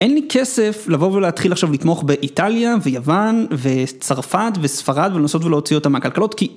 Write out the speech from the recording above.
אין לי כסף לבוא ולהתחיל עכשיו לתמוך באיטליה ויוון וצרפת וספרד ולנסות להוציא אותם מהכלכלות כי...